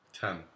Ten